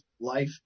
life